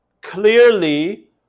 clearly